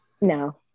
no